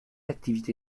activité